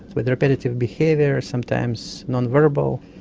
with repetitive behaviour, sometimes non-verbal.